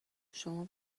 شما